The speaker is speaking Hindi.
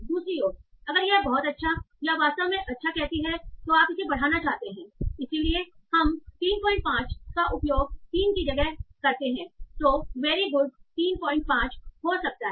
दूसरी ओर अगर यह बहुत अच्छा या वास्तव में अच्छा कहती है तो आप इसे बढ़ाना चाहते हैं इसलिए हम 35 का उपयोग 3 की जगह कहते हैं तो वेरी गुड 35 हो सकता है